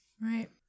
Right